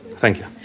thank you.